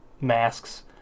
masks